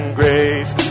grace